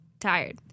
tired